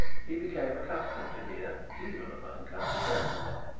he became accustomed to hear, even among country gentlemen,